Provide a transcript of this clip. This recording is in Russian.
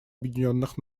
объединенных